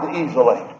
easily